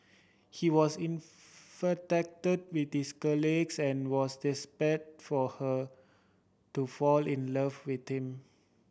he was infatuated with his colleagues and was desperate for her to fall in love with him